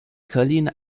collines